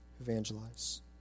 evangelize